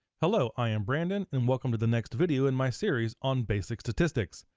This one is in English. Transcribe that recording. hello, i am brandon and welcome to the next video in my series on basic statistics.